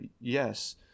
yes